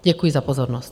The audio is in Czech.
Děkuji za pozornost.